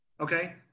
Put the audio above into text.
okay